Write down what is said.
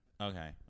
Okay